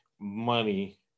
money